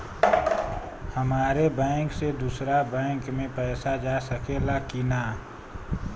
हमारे बैंक से दूसरा बैंक में पैसा जा सकेला की ना?